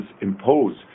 impose